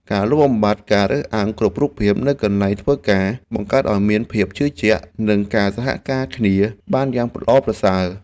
ការលុបបំបាត់ការរើសអើងគ្រប់រូបភាពនៅកន្លែងធ្វើការបង្កើតឱ្យមានភាពជឿជាក់ និងការសហការគ្នាបានយ៉ាងល្អប្រសើរ។